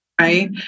right